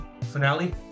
finale